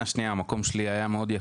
המקום שלי היה מאוד יקר.